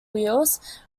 wheels